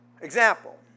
Example